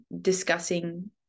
discussing